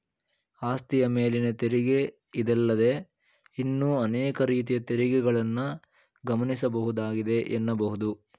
ಆಸ್ತಿಯ ಮೇಲಿನ ತೆರಿಗೆ ಇದಲ್ಲದೇ ಇನ್ನೂ ಅನೇಕ ರೀತಿಯ ತೆರಿಗೆಗಳನ್ನ ಗಮನಿಸಬಹುದಾಗಿದೆ ಎನ್ನಬಹುದು